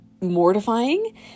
mortifying